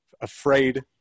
afraid